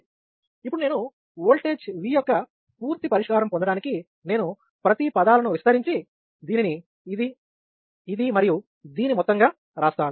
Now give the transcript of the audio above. ఇప్పుడు node voltage V యొక్క పూర్తి పరిష్కారం పొందడానికి నేను ప్రతి పదాలను విస్తరించి దీనిని ఇది ఇది మరియు దీని మొత్తంగా రాస్తాను